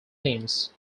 themes